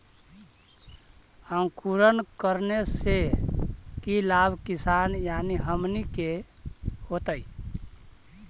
अंकुरण करने से की लाभ किसान यानी हमनि के होतय?